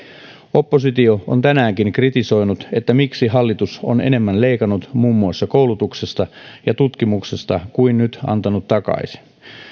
oppositio on tänäänkin kritisoinut miksi hallitus on enemmän leikannut muun muassa koulutuksesta ja tutkimuksesta kuin nyt antanut takaisin